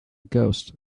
ghost